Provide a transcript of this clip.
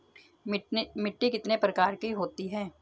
मिट्टी कितने प्रकार की होती हैं?